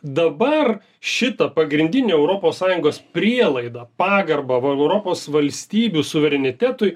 dabar šitą pagrindinę europos sąjungos prielaidą pagarbą va europos valstybių suverenitetui